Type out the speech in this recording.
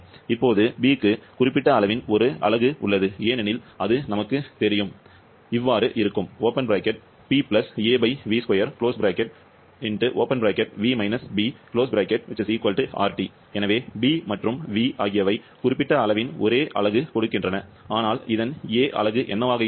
இப்போது b க்கு குறிப்பிட்ட அளவின் ஒரு அலகு உள்ளது ஏனெனில் அது நமக்குத் தெரியும் எனவே b மற்றும் v ஆகியவை குறிப்பிட்ட அளவின் ஒரே அலகு கொடுக்கின்றன ஆனால் இதன் a அலகு என்னவாக இருக்கும்